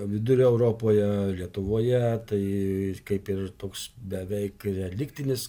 vidurio europoje lietuvoje tai kaip ir toks beveik reliktinis